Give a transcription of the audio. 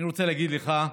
אני רוצה להגיד לך,